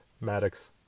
maddox